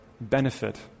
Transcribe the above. benefit